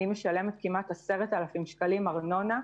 אני משלמת כמעט 10,000 שקלים ארנונה.